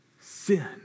sin